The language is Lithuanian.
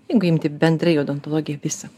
jeigu imti bendrai odontologiją visą